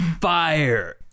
Fire